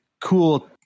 cool